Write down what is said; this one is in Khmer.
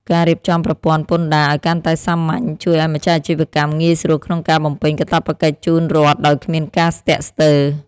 ការរៀបចំប្រព័ន្ធពន្ធដារឱ្យកាន់តែសាមញ្ញជួយឱ្យម្ចាស់អាជីវកម្មងាយស្រួលក្នុងការបំពេញកាតព្វកិច្ចជូនរដ្ឋដោយគ្មានការស្ទាក់ស្ទើរ។